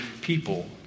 people